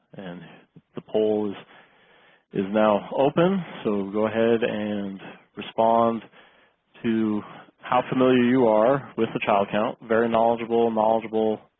and the polls is now open so go ahead and respond to how familiar you are with the child count. very knowledgeable, and knowledgeable,